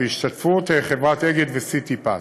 בהשתתפות חברת אגד וסיטיפס.